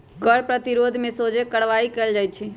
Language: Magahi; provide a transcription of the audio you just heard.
कर प्रतिरोध में सोझे कार्यवाही कएल जाइ छइ